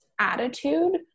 attitude